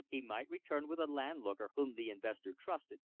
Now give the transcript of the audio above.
he might return with a landlooker whom the investor trusted,